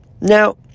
Now